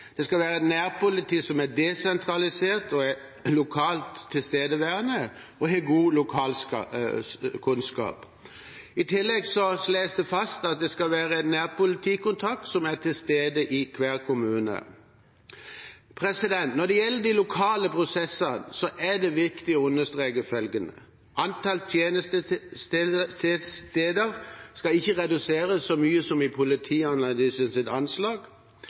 Det skal være et nærpoliti som er desentralisert, er lokalt tilstedeværende og har god lokalkunnskap. I tillegg slås det fast at det skal være en nærpolitikontakt som er til stede i hver kommune. Når det gjelder de lokale prosessene, er det viktig å understreke følgende: Antall tjenestesteder skal ikke reduseres så mye som i Politianalysens anslag.